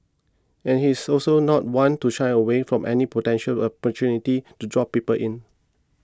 and he is also not one to shy away from any potential opportunity to draw people in